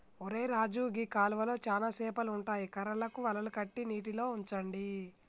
ఒరై రాజు గీ కాలువలో చానా సేపలు ఉంటాయి కర్రలకు వలలు కట్టి నీటిలో ఉంచండి